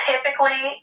typically